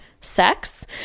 sex